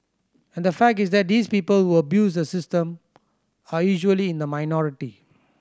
and the fact is that these people who abuse the system are usually in the minority